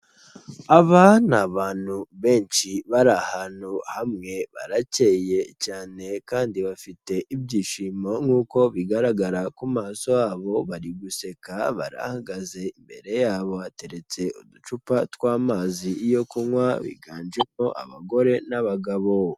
Aba ni abantu benshi bari ahantu hamwe, baracye cyane kandi bafite ibyishimo nk'uko bigaragara ku maso habo, bari guseka barahagaze, imbere yabo hateretse uducupa tw'amazi yo kunywa, biganjemo abagore n'abagabo.